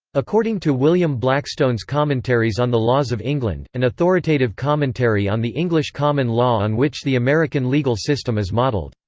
according to william blackstone's commentaries on the laws of england, an authoritative commentary on the english common law on which the american legal system is modeled,